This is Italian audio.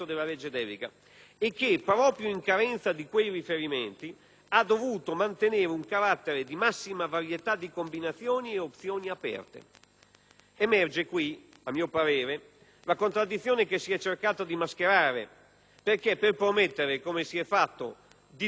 quale, proprio in carenza di quei riferimenti, ha dovuto mantenere un carattere di massima varietà di combinazioni ed opzioni aperte. Emerge qui, a mio parere, la contraddizione che si è cercato di mascherare, perché per promettere, come si è fatto, di tutto e di più a tutti